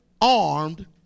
armed